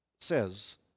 says